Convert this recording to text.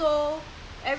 yeah